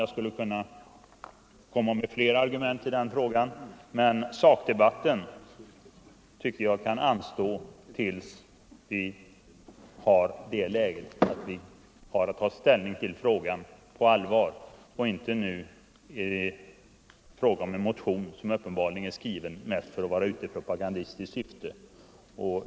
Jag skulle kunna komma med flera argument i denna fråga, men sakdebatten kan, tycker jag, anstå tills vi har att ta ställning till frågan — Nr 109 på allvar. Nu är det fråga om en motion som uppenbarligen är skriven Onsdagen den mest i propagandistiskt syfte.